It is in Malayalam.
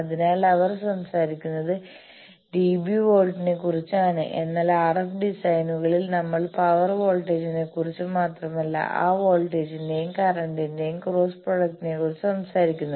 അതിനാൽ അവർ സംസാരിക്കുന്നത് ഡിബി വോൾട്ടിനെ കുറിച്ചാണ് എന്നാൽ ആർഎഫ് ഡിസൈനുകളിൽ നമ്മൾ പവർ വോൾട്ടേജിനെക്കുറിച്ച് മാത്രമല്ല ആ വോൾട്ടേജിന്റെയും കറന്റിന്റെയും ക്രോസ് പ്രൊഡക്റ്റിനെക്കുറിച്ച് സംസാരിക്കുന്നു